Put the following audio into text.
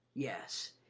yes,